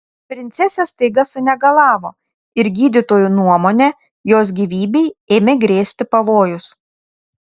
princesė staiga sunegalavo ir gydytojų nuomone jos gyvybei ėmė grėsti pavojus